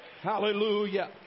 Hallelujah